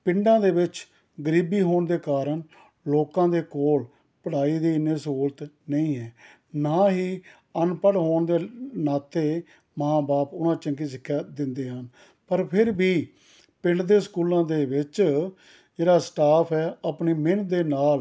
ਪਿੰਡਾਂ ਦੇ ਵਿੱਚ ਗਰੀਬੀ ਹੋਣ ਦੇ ਕਾਰਨ ਲੋਕਾਂ ਦੇ ਕੋਲ ਪੜ੍ਹਾਈ ਦੀ ਇੰਨੀ ਸਹੂਲਤ ਨਹੀਂ ਹੈ ਨਾ ਹੀ ਅਨਪੜ੍ਹ ਹੋਣ ਦੇ ਨਾਤੇ ਮਾਂ ਬਾਪ ਉਹਨਾਂ ਚੰਗੀ ਸਿੱਖਿਆ ਦਿੰਦੇ ਹਨ ਪਰ ਫਿਰ ਵੀ ਪਿੰਡ ਦੇ ਸਕੂਲਾਂ ਦੇ ਵਿੱਚ ਜਿਹੜਾ ਸਟਾਫ ਹੈ ਆਪਣੀ ਮਿਹਨਤ ਦੇ ਨਾਲ